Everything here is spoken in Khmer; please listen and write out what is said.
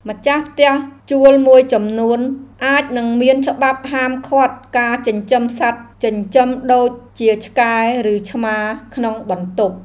ម្ចាស់ផ្ទះជួលមួយចំនួនអាចនឹងមានច្បាប់ហាមឃាត់ការចិញ្ចឹមសត្វចិញ្ចឹមដូចជាឆ្កែឬឆ្មាក្នុងបន្ទប់។